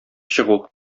чыгу